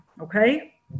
Okay